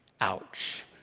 Ouch